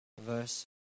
verse